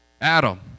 Adam